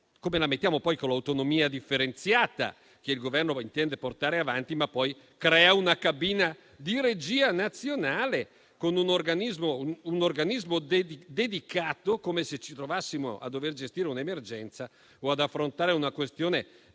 Come la mettiamo poi con l'autonomia differenziata che il Governo intende portare avanti, anche se poi crea una cabina di regia nazionale con un organismo dedicato, come se ci trovassimo a gestire un'emergenza o ad affrontare una questione